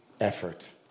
effort